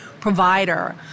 provider